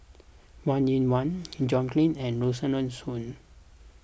Wong Yoon Wah Ng John Clang and Rosaline Soon